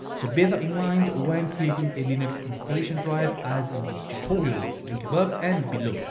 so bear that in mind when creating a linux installation drive as in this tutorial, link above and below.